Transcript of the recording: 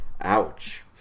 Ouch